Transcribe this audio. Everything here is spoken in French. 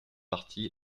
parti